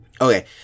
Okay